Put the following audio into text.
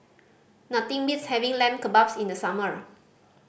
nothing beats having Lamb Kebabs in the summer